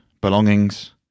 belongings